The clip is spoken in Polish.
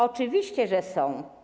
Oczywiście, że są.